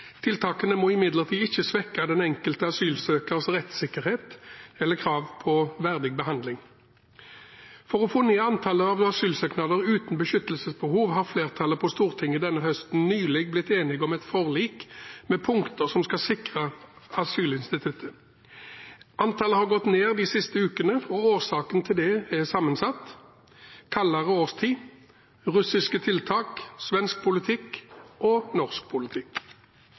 Tiltakene må imidlertid ikke svekke den enkelte asylsøkers rettssikkerhet eller krav på verdig behandling. For å få ned antallet asylsøkere uten beskyttelsesbehov har flertallet på Stortinget denne høsten nylig blitt enige om et forlik med punkter som skal sikre asylinstituttet. Antallet har gått ned de siste ukene, og årsaken til det er sammensatt – kaldere årstid, russiske tiltak, svensk politikk og norsk politikk.